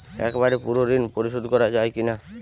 একবারে পুরো ঋণ পরিশোধ করা যায় কি না?